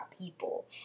people